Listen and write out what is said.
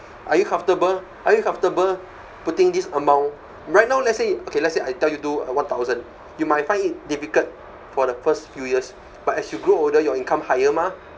are you comfortable are you comfortable putting this amount right now let's say okay let's say I tell you do one thousand you might find it difficult for the first few years but as you grow older your income higher mah